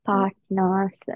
Partners